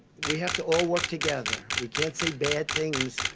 we have to all work together. we can't say bad things,